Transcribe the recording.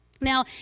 Now